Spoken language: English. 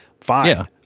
fine